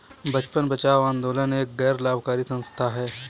बचपन बचाओ आंदोलन एक गैर लाभकारी संस्था है